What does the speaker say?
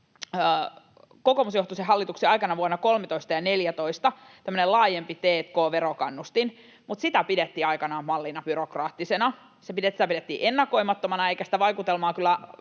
kokoomusjohtoisen hallituksen aikana vuonna 13 ja 14 tämmöinen laajempi t&k-verokannustin, mutta sitä pidettiin aikanaan mallina byrokraattisena. Sitä pidettiin ennakoimattomana, eikä sitä vaikutelmaa kyllä